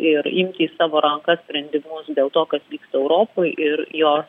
ir imti į savo rankas sprendimus dėl to kas vyksta europoj ir jos